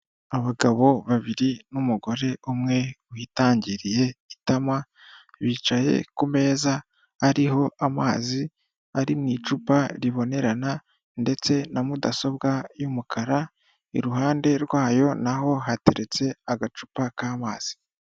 Abagabo babiri n'umugore umwe witangiriye itama, bicaye ku meza ariho amazi ari mu icupa ribonerana ndetse na mudasobwa y'umukara, iruhande rwayo naho hateretse agacupa k'amazi.